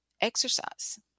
exercise